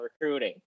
recruiting